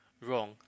wrong